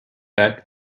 back